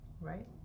Right